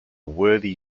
worthy